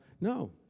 No